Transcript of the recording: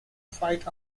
fight